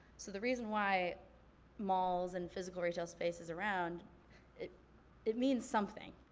so the reason why malls and physical retail space is around it it means something.